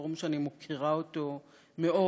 פורום שאני מוקירה מאוד,